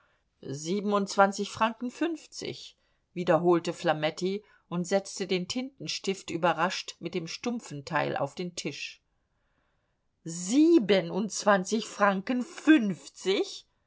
siebenundzwanzig franken fünfzig wiederholte flametti und setzte den tintenstift überrascht mit dem stumpfen teil auf den tisch siebenundzwanzig franken fünfzig